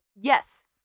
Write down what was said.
yes